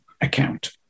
account